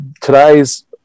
today's